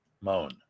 moan